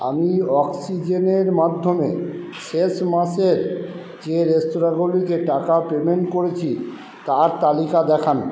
আমি অক্সিজেনের মাধ্যমে শেষ মাসে যে রেস্তোরাঁগুলিকে টাকা পেইমেন্ট করেছি তার তালিকা দেখান